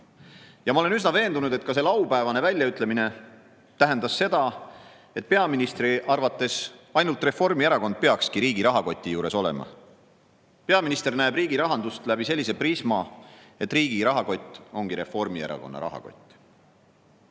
Ja ma olen üsna veendunud, et ka see laupäevane väljaütlemine tähendas seda, et peaministri arvates ainult Reformierakond peakski riigi rahakoti juures olema. Peaminister näeb riigi rahandust läbi prisma, et riigi rahakott ongi Reformierakonna rahakott.